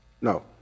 no